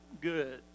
good